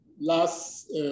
last